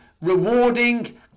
rewarding